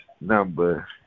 number